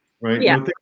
right